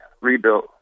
rebuilt